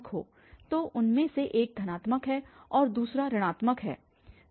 तो उनमें से एक धनात्मक है और दूसरा ऋणात्मक है तभी यह संभव है